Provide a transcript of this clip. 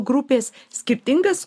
grupės skirtingas